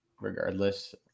regardless